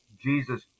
Jesus